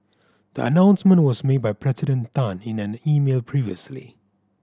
the announcement was made by President Tan in an email previously